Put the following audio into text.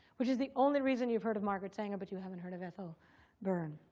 which is the only reason you've heard of margaret sanger, but you haven't heard of ethel byrne.